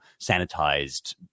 sanitized